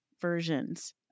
versions